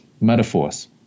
metaphors